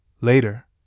later